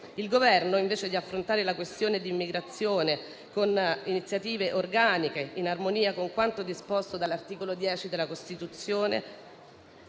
Il Governo, invece di affrontare la questione dell'immigrazione con iniziative organiche, in armonia con quanto disposto dall'articolo 10 della Costituzione,